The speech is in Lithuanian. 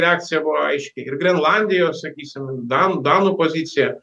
reakcija buvo aiški ir grenlandijos sakysim dan danų pozicija